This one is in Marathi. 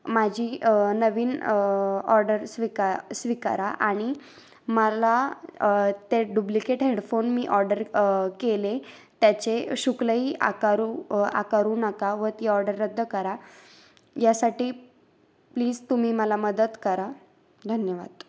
माझी नवीन ऑर्डर स्वीका स्वीकारा आणि मला ते डुब्लिकेट हेडफोन मी ऑर्डर केले त्याचे शुल्कही आकारू आकारू नका व ती ऑर्डर रद्द करा यासाठी प्लीज तुम्ही मला मदत करा धन्यवाद